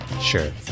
Sure